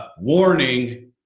warning